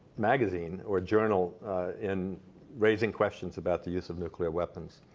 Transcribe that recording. magazine or journal in raising questions about the use of nuclear weapons.